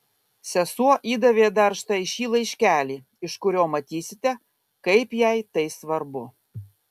sesuo įdavė dar štai šį laiškelį iš kurio matysite kaip jai tai svarbu